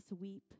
weep